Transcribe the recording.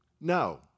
No